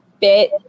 bit